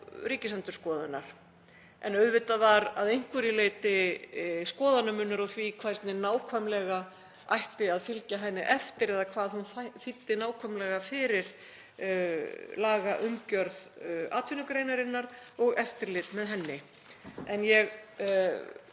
Ríkisendurskoðunar en auðvitað var að einhverju leyti skoðanamunur á því hvernig nákvæmlega ætti að fylgja henni eftir eða hvað hún þýddi nákvæmlega fyrir lagaumgjörð atvinnugreinarinnar og eftirlit með henni. En ég